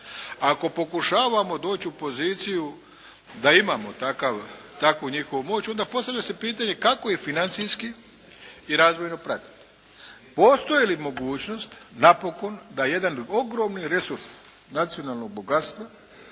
ako pokušavamo doći u poziciju da imamo takvu njihovu moć onda postavlja se pitanje kako je financijski i razvojno pratiti. Postoji li mogućnost napokon da jedan ogromni resurs nacionalnog bogatstva